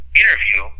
interview